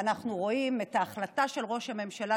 אנחנו רואים את ההחלטה של ראש הממשלה,